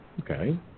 Okay